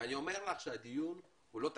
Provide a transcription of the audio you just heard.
אני אומר לך שהדיון הוא לא תקציבי.